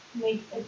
make